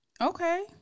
Okay